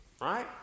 right